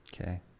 Okay